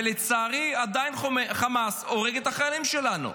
ולצערי עדיין חמאס הורג את החיילים שלנו.